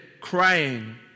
crying